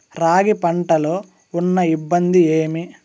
రాగి పంటలో ఉన్న ఇబ్బంది ఏమి?